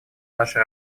наша